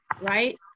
right